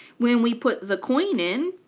when we put the coin in,